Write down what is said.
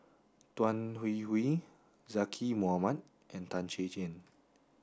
Tan Hwee Hwee Zaqy Mohamad and Tan Chay